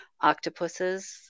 octopuses